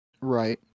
Right